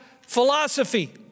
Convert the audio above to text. philosophy